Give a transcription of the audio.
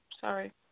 Sorry